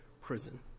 prison